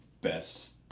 best